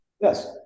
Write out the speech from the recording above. yes